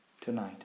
tonight